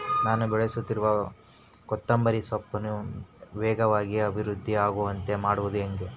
ನಾನು ಬೆಳೆಸುತ್ತಿರುವ ಕೊತ್ತಂಬರಿ ಸೊಪ್ಪನ್ನು ವೇಗವಾಗಿ ಅಭಿವೃದ್ಧಿ ಆಗುವಂತೆ ಮಾಡುವುದು ಹೇಗೆ?